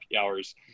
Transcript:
hours